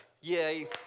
Yay